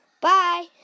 Bye